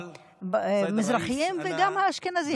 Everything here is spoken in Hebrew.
מזרחים וגם אשכנזים.